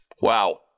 Wow